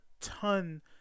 ton